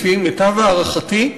לפי מיטב הערכתי,